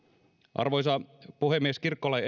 arvoisa puhemies kirkkolain